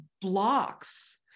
blocks